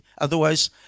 Otherwise